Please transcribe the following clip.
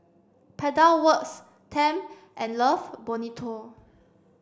Pedal Works Tempt and Love Bonito